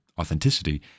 authenticity